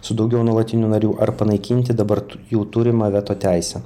su daugiau nuolatinių narių ar panaikinti dabar tu jau turimą veto teisę